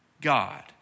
God